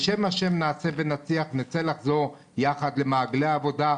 בשם ה' נעשה ונצליח, נחזור יחד למעגלי העבודה.